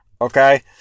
Okay